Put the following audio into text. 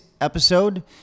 episode